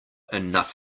enough